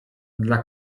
dla